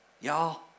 y'all